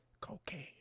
cocaine